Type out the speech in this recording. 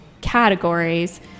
categories